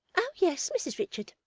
oh yes, mrs richards,